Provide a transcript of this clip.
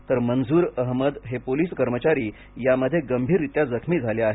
तर मंझूर अहमद हे पोलीस कर्मचारी यामध्ये गंभीररीत्या जखमी झाले आहेत